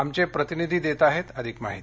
आमचे प्रतिनिधी देत आहेत अधिक माहिती